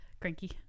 cranky